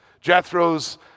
Jethro's